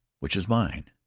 which is mine?